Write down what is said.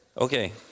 Okay